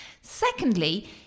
Secondly